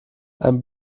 ein